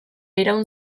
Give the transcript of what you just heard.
iraun